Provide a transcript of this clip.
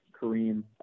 Kareem